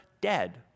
dead